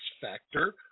factor